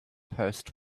post